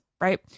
right